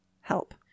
help